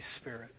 Spirit